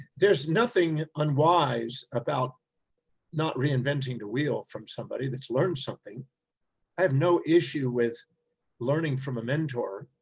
there's nothing unwise about not reinventing the wheel from somebody that's learned something. i have no issue with learning from a mentor.